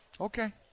Okay